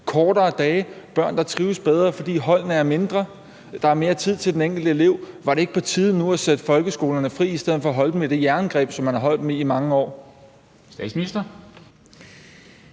kortere dage, børn, der trives bedre, fordi holdene er mindre, mere tid til den enkelte elev. Var det ikke på tide nu at sætte folkeskolerne fri i stedet for at holde dem i det jerngreb, som man har holdt dem i i mange år?